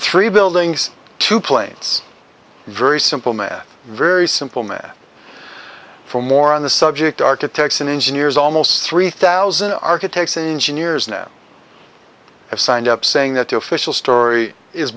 three buildings two planes very simple math very simple math for more on the subject architects and engineers almost three thousand architects and engineers now have signed up saying that the official story is